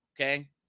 okay